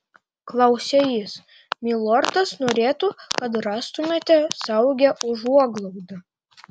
klausia jis milordas norėtų kad rastumėte saugią užuoglaudą